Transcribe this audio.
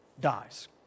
dies